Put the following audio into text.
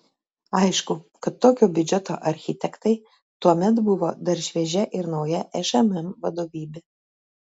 aišku kad tokio biudžeto architektai tuomet buvo dar šviežia ir nauja šmm vadovybė